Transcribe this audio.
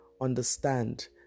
understand